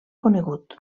conegut